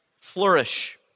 flourish